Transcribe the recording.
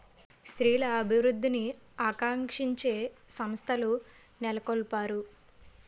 స్త్రీల అభివృద్ధిని ఆకాంక్షించే సంస్థలు నెలకొల్పారు